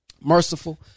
merciful